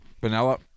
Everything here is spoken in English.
Vanilla